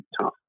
tough